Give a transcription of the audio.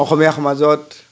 অসমীয়া সমাজত